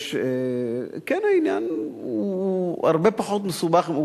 העניין הוא הרבה פחות מסובך.